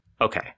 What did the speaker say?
Okay